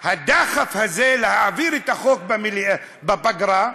הדחף הזה להעביר את החוק בפגרה,